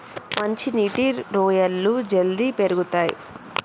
మంచి నీటి రొయ్యలు జల్దీ పెరుగుతయ్